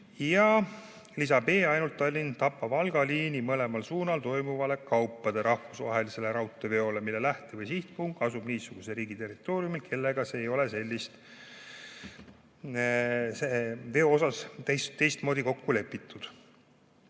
lisa B ainult Tallinn–Tapa–Valga liini mõlemal suunal toimuvale kaupade rahvusvahelisele raudteeveole, mille lähte- või sihtpunkt asub niisuguse riigi territooriumil, kellega see ei ole veo osas teistmoodi kokku lepitud.